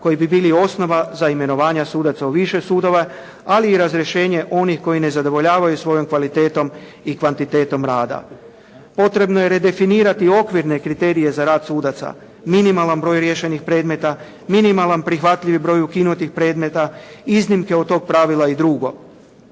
koji bi bili osnova za imenovanje sudaca u više sudove, ali i razrješenje onih koji ne zadovoljavaju svojom kvalitetom i kvantitetom rada. Potrebno je redefinirati okvirne kriterije za rad sudaca. Minimalan broj riješenih predmeta, minimalan prihvatljivi broj ukinutih predmeta, iznimke od tog pravila i drugo.